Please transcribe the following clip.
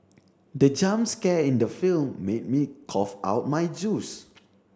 the jump scare in the film made me cough out my juice